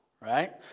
right